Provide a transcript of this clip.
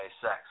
sex